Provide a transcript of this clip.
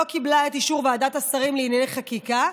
היא לא קיבלה את אישור ועדת השרים לענייני חקיקה.